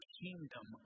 kingdom